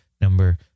Number